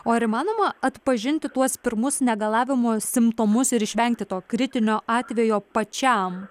o ar įmanoma atpažinti tuos pirmus negalavimo simptomus ir išvengti to kritinio atvejo pačiam